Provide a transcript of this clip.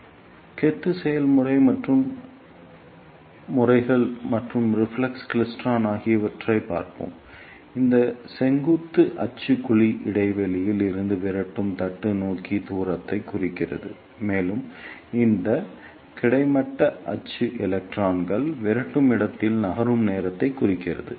இப்போது கொத்து செயல்முறை மற்றும் முறைகள் மற்றும் ரிஃப்ளெக்ஸ் கிளைஸ்ட்ரான் ஆகியவற்றைப் பார்ப்போம் இந்த செங்குத்து அச்சு குழி இடைவெளியில் இருந்து விரட்டும் தட்டு நோக்கி தூரத்தைக் குறிக்கிறது மேலும் இந்த கிடைமட்ட அச்சு எலக்ட்ரான்கள் விரட்டும் இடத்தில் நகரும் நேரத்தை குறிக்கிறது